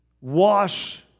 wash